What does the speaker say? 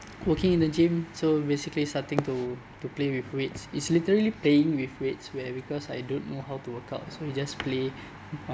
working in the gym so basically starting to to play with weights it's literally playing with weights where because I don't know how to workout so you just play uh